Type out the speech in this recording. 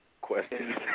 Questions